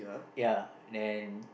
ya and